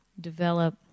develop